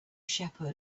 shepherd